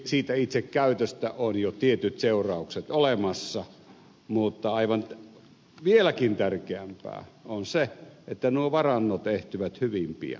siitä itse käytöstä ovat jo tietyt seuraukset olemassa mutta vieläkin tärkeämpää on se että nuo varannot ehtyvät hyvin pian